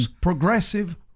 Progressive